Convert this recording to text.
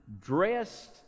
dressed